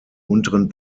unteren